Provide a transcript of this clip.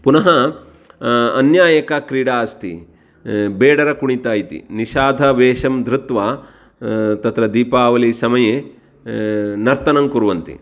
पुनः अन्या एका क्रीडा अस्ति बेडरकुणिता इति निषाधवेषं धृत्वा तत्र दीपावलीसमये नर्तनं कुर्वन्ति